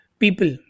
people